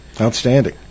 Outstanding